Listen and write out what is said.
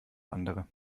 andere